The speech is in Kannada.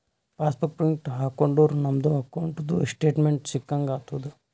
ಪಾಸ್ ಬುಕ್ ಪ್ರಿಂಟ್ ಹಾಕೊಂಡುರ್ ನಮ್ದು ಅಕೌಂಟ್ದು ಸ್ಟೇಟ್ಮೆಂಟ್ ಸಿಕ್ಕಂಗ್ ಆತುದ್